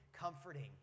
comforting